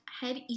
head